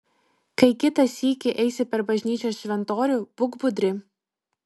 kai kitą sykį eisi per bažnyčios šventorių būk budri